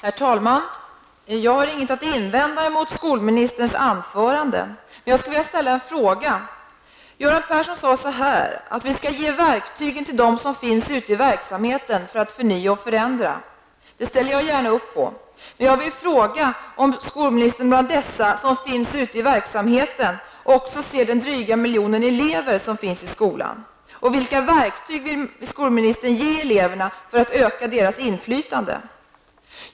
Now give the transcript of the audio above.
Herr talman! Jag har inget att invända mot skolministerns anförande, men jag skulle vilja ställa en fråga. Göran Persson sade så här: Vi skall ge verktygen till dem som finns ute i verksamheten för att förnya och förändra. Detta ställer jag gärna upp på, men jag vill fråga om skolministern bland dessa som ''finns ute i verksamheten'' också ser den dryga miljonen elever. Vilka verktyg vill skolministern ge eleverna för att öka deras inflytande?